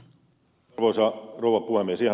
ihan lyhyesti vielä ed